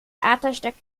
theaterstück